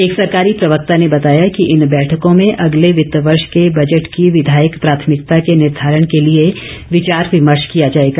एक सरकारी प्रवक्ता ने बताया कि इन बैठकों में अगले वित्त वर्ष के बजट की विधायक प्राथमिकता के निर्घारण के लिए विचार विमर्श किया जाएगा